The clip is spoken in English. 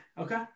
Okay